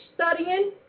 studying